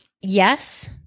yes